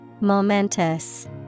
Momentous